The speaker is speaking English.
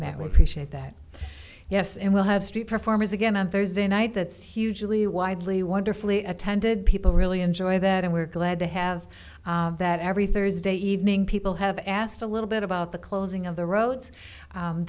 that will appreciate that yes and we'll have street performers again on thursday night that's hugely widely wonderfully attended people really enjoy that and we're glad to have that every thursday evening people have asked a little bit about the closing of the roads